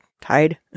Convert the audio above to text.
tied